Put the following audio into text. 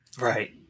Right